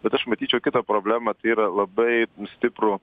bet aš matyčiau kitą problemą tai yra labai stiprų